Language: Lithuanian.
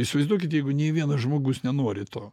įsivaizduokit jeigu nei vienas žmogus nenori to